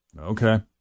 Okay